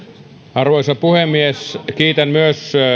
arvoisa puhemies kiitän myös